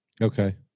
Okay